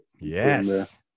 Yes